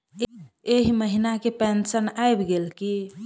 एहि महीना केँ पेंशन आबि गेल की